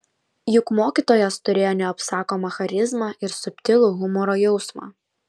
juk mokytojas turėjo neapsakomą charizmą ir subtilų humoro jausmą